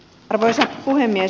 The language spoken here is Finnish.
arvoisa puhemies